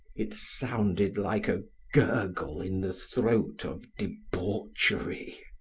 it sounded like a gurgle in the throat of debauchery.